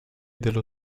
dallo